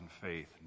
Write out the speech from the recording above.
faith